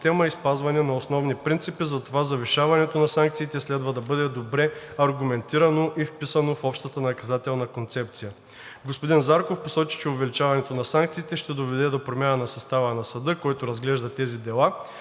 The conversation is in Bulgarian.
и спазване на основните принципи, затова завишаването на санкциите следва да бъде добре аргументирано и вписано в общата наказателна концепция. Господин Зарков посочи, че увеличаването на санкциите ще доведе до промяна на състава на съда, който разглежда тези дела,